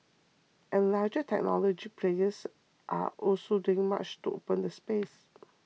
and larger technology players are also doing much to open the space